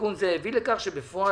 תיקון זה הביא לכך שבפועל,